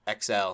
XL